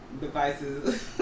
Devices